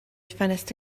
ffenest